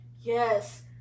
Yes